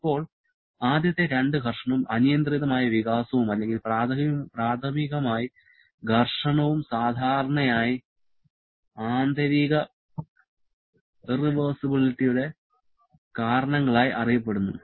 ഇപ്പോൾ ആദ്യത്തെ രണ്ട് ഘർഷണവും അനിയന്ത്രിതമായ വികാസവും അല്ലെങ്കിൽ പ്രാഥമികമായി ഘർഷണവുംസാധാരണയായി ആന്തരിക ഇറവെർസിബിലിറ്റിയുടെ കാരണങ്ങളായി അറിയപ്പെടുന്നു